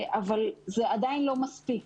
אבל זה עדיין לא מספיק.